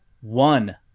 one